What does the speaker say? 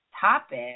topic